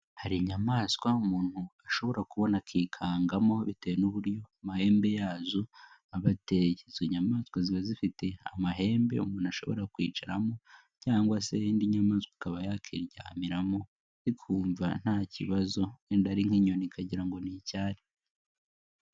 Hari inyamaswa umuntu ashobora kubona akikangamo bitewe n'uburyo amahembe yazo abateye, izo nyamaswa ziba zifite amahembe umuntu ashobora kwicaramo cyangwa se indi nyamaswa ukaba yakiryamiramo ikumva nta kibazo wenda ari nk'inyoni ikagira ni icyari.